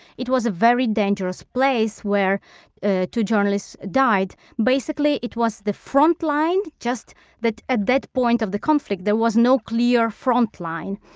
it was a very dangerous place where two journalists died. basically, it was the front line. just that at that point of the conflict, there was no clear front line.